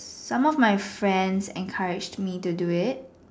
some of my friends encourage me to do it